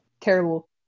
Terrible